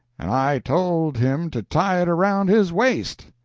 and i told him to tie it around his waist.